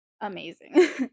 amazing